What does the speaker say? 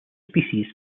species